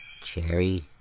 cherry